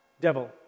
Devil